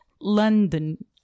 London